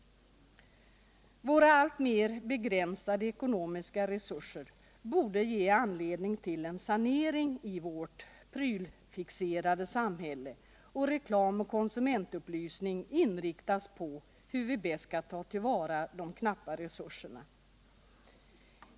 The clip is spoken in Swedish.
Våra alltmer begränsade ekonomiska resurser borde ge anledning till en sanering i vårt prylfixerade samhälle av reklamen, och konsumentupplysningen borde inriktas på hur vi bäst skall ta till vara de knappa resurserna.